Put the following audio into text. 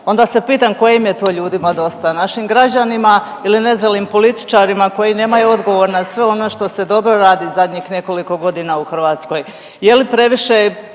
onda se pitam kojima je to ljudima dosta, našim građanima ili nezrelim političarima koji nemaju odgovor na sve ono što se dobro radi zadnjih nekoliko godina u Hrvatskoj.